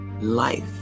life